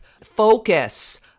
focus